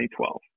2012